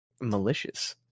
malicious